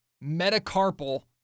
metacarpal